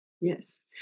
Yes